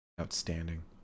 outstanding